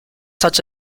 such